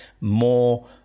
more